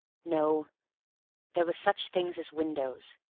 no there were such things as windows.